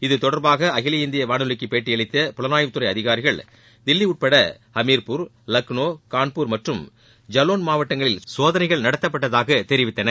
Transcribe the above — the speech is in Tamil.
இத்தொடர்பாக அகில இந்திய வானொலிக்கு பேட்டியளித்த புலனாய்வுத்துறை அதிகாரிகள் தில்லி உட்பட ஹமீர்பூர் லக்னோ கான்பூர் மற்றம் ஜலாவுன் மாவட்டங்களில் சோதனைகள் நடத்தப்பட்டதாக தெரிவித்தனர்